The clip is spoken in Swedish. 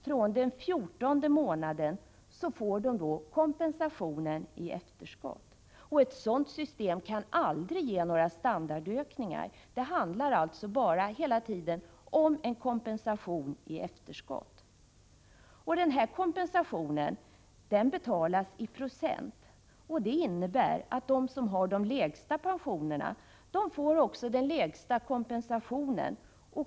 fr.o.m. den fjortonde månaden får de kompensation, alltså i efterskott. Ett sådant system kan aldrig åstadkomma några standardökningar. Det handlar således hela tiden om att ge kompensation i efterskott, och kompensationen betalas i procent. Det innebär att de som har de lägsta pensionerna också får den minsta kompensationen.